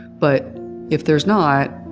but if there's not,